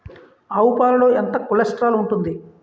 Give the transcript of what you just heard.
ఆవు పాలలో ఎంత కొలెస్ట్రాల్ ఉంటుంది?